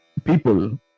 people